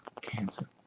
cancer